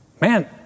Man